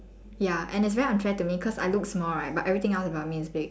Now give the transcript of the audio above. ya and it's very unfair to me cause I look small right but everything else about me is big